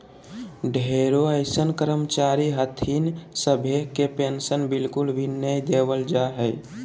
ढेरो अइसन कर्मचारी हथिन सभे के पेन्शन बिल्कुल भी नय देवल जा हय